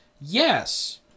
Yes